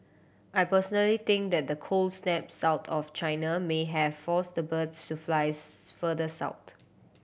I personally think that the cold snap south of China may have forced the birds to flies further south